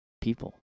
people